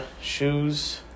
shoes